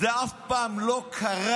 זה אף פעם לא קרה.